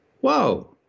Whoa